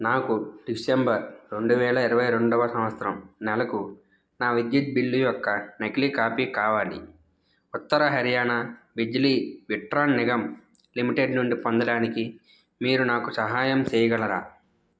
నాకు డిసెంబర్ రెండు వేల ఇరవై రెండవ సంత్సరం నెలకు నా విద్యుత్ బిల్లు యొక్క నకిలీ కాపీ కావాలి ఉత్తర హర్యానా బిజ్లీ విట్రాన్ నిగమ్ లిమిటెడ్ నుండి పొందడానికి మీరు నాకు సహాయం చేయగలరా